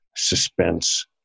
suspense